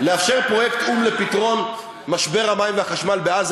לאפשר פרויקט או"ם לפתרון משבר המים והחשמל בעזה,